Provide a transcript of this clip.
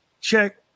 check